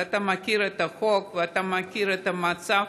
ואתה מכיר את החוק ואתה מכיר את המצב,